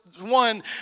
one